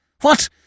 What